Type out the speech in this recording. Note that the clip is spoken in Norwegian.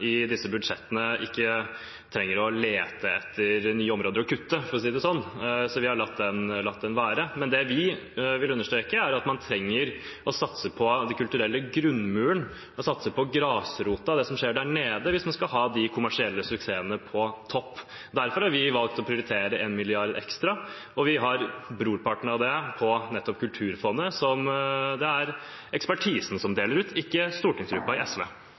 i disse budsjettene trenger man ikke lete etter nye områder å kutte, for å si det sånn, så vi har latt den være. Men det vi vil understreke, er at man trenger å satse på den kulturelle grunnmuren, satse på grasrota, det som skjer der nede, hvis man skal ha de kommersielle suksessene på topp. Derfor har vi valgt å prioritere 1 mrd. kr ekstra, og vi har brorparten av det til nettopp Kulturfondet, som er den ekspertisen som deler ut, ikke stortingsgruppa til SV. SV, Arbeiderpartiet og Senterpartiet har skrevet i